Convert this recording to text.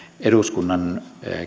eduskunnan